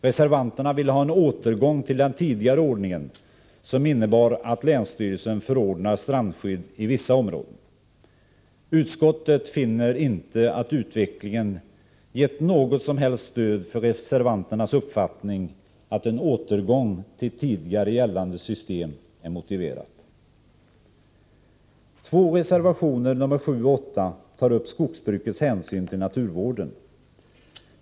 Reservanterna vill ha en återgång till den tidigare ordningen, som innebar att länsstyrelserna förordnade om strandskydd i vissa områden. Utskottet finner inte att utvecklingen gett något som helst stöd för reservanternas uppfattning att en återgång till tidigare gällande system är motiverad. Två reservationer — nr 7 och 8 — tar upp skogsbrukets hänsyn till naturvården.